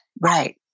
right